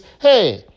Hey